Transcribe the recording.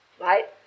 right